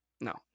no